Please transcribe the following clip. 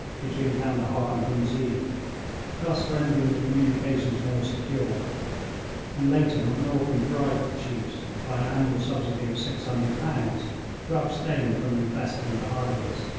between candahar and ghuznee, thus rendering the communications more secure and later, macnaghten bribed the chiefs by an annual subsidy of six hundred pounds to abstain from infesting the highways.